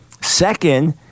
Second